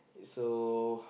so